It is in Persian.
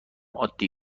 عادی